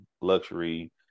luxury